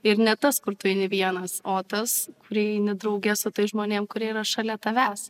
ir ne tas kur tu eini vienas o tas kurį eini drauge su tais žmonėm kurie yra šalia tavęs